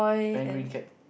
then green cap